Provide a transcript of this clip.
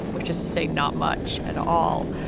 which is to say not much at all.